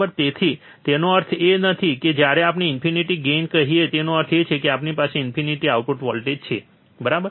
તેથી તેનો અર્થ એ નથી કે જ્યારે આપણે ઈન્ફિનિટ ગેઇન કહીએ તેનો અર્થ એ છે કે આપણી પાસે ઈન્ફિનિટ આઉટપુટ વોલ્ટેજ છે બરાબર